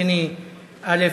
להחזיר,